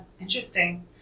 interesting